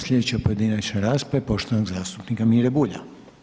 Slijedeća pojedinačna rasprava je poštovanog zastupnika Mira Bulja.